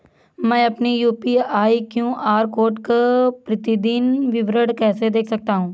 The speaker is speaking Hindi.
मैं अपनी यू.पी.आई क्यू.आर कोड का प्रतीदीन विवरण कैसे देख सकता हूँ?